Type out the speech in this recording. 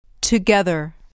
Together